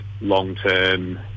long-term